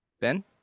Ben